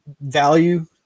value